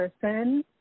person